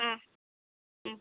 ஆ ம்